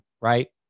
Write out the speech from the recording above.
right